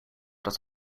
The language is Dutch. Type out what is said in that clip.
dat